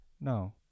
no